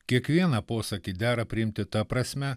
kiekvieną posakį dera priimti ta prasme